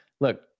look